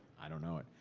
i don't know it.